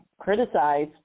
criticize